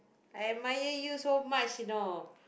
I admire you so much you know